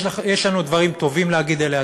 יש לנו דברים טובים להגיד עליה,